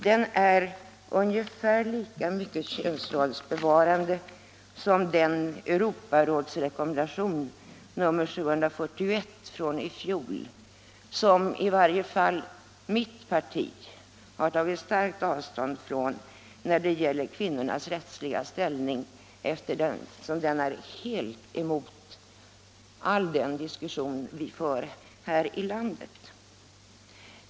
Den är ungefär lika mycket könsrollsbevarande som den Europarådskonvention nr 741 som i varje fall mitt parti har tagit starkt avstånd från när det gäller kvinnornas rättsliga ställning, eftersom den är helt emot all den diskussion som vi för här i landet.